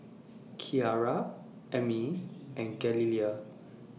Kiara Emmie and Galilea